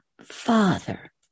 father